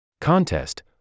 Contest